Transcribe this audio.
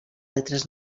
altres